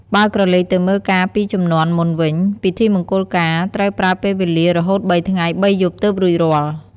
បើក្រឡេកទៅមើលកាលពីជំនាន់មុនវិញ ពិធីមង្គលការត្រូវប្រើពេលវេលារហូតបីថ្ងៃបីយប់ទើបរួចរាល់។